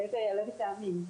על איזה טעמים.